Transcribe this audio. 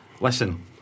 Listen